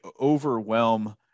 overwhelm